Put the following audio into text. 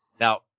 Now